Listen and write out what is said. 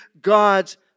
God's